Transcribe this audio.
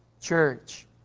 church